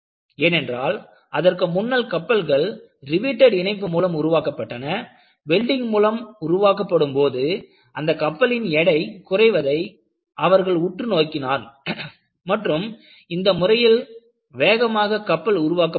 ஏனென்றால் அதற்கு முன்னர் கப்பல்கள் ரிவேட்டேட் இணைப்பு மூலம் உருவாக்கப்பட்டன வெல்டிங் மூலம் உருவாக்கப்படும் போது அந்த கப்பலின் எடை குறைவதை அவர்கள் உற்று நோக்கினார் மற்றும் இந்த முறையில் வேகமாக கப்பல் உருவாக்கப்படுகிறது